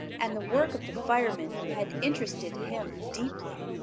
and the work of the firemen had interested him deeply.